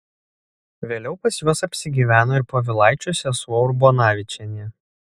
vėliau pas juos apsigyveno ir povilaičio sesuo urbonavičienė